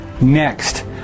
Next